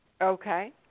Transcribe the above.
Okay